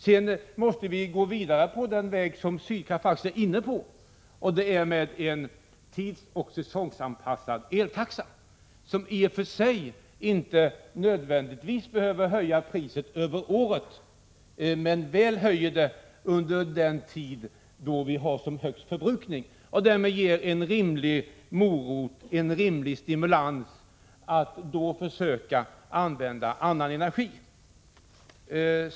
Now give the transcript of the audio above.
Sedan måste vi gå vidare på den väg som Sydkraft är inne på, med vägen mot en tidsoch säsongavpassad eltaxa, som i och för sig inte nödvändigtvis behöver höja priset över året men som väl höjer det under den tid då vi har den högsta förbrukningen så att vi därmed får en rimlig morot, en rimlig stimulans att försöka använda annan energi.